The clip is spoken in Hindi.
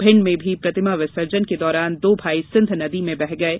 मिंड में प्रतिमा विसर्जन के दौरान दो भाई सिंध नदी में बह गये